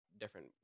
different